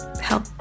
help